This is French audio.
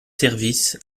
service